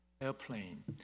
airplane